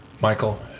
Michael